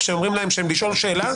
כשאומרים להם לשאול שאלה,